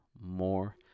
more